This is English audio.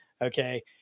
okay